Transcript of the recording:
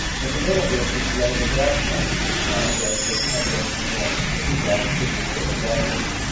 in the middle distance lay the golf links, dotted as they had been in the morning with the dark figures of the golfers,